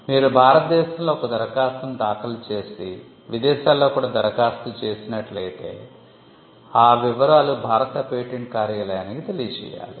మీరు భారతదేశంలో ఒక దరఖాస్తును దాఖలు చేసి విదేశాల్ల్లో కూడా దరఖాస్తు చేసినట్లయితే ఆ వివరాలు భారత పేటెంట్ కార్యాలయానికి తెలియజేయాలి